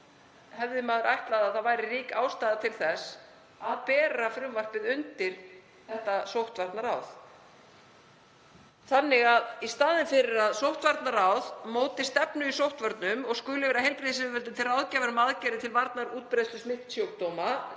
hefði maður ætlað að rík ástæða væri til þess að bera frumvarpið undir sóttvarnaráð. Í staðinn fyrir að sóttvarnaráð móti stefnu í sóttvörnum og skuli vera heilbrigðisyfirvöldum til ráðgjafar um aðgerðir til varnar útbreiðslu smitsjúkdóma